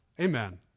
Amen